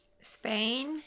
Spain